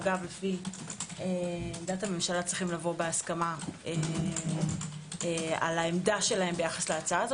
שלפי עמדת הממשלה צריכים לבוא בהסכמה על עמדתם ביחס להצעה הזו